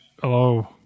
Hello